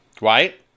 right